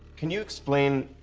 can you explain,